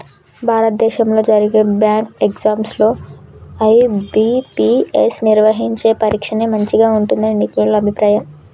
భారతదేశంలో జరిగే bank exams లో ఐ.బీ.పీ.ఎస్ నిర్వహించే పరీక్షనే మంచిగా ఉంటుందని నిపుణుల అభిప్రాయం